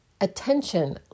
attention